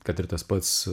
kad ir tas pats